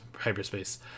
hyperspace